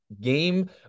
game